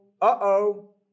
Uh-oh